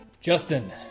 Justin